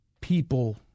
people